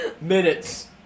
minutes